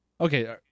okay